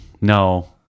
No